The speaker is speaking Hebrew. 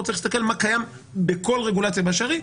צריך להסתכל מה קיים בכל רגולציה באשר היא,